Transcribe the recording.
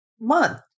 month